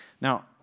Now